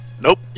Nope